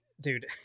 dude